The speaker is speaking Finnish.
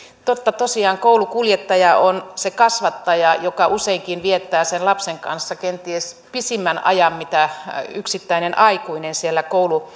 totta tosiaan koulukuljettaja on se kasvattaja joka useinkin viettää lapsen kanssa kenties pisimmän ajan mitä yksittäinen aikuinen siellä